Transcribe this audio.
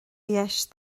dheis